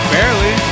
Barely